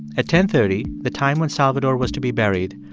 at ten thirty, the time when salvatore was to be buried,